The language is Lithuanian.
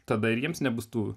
tada ir jiems nebus tų